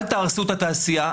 אל תהרסו את התעשייה.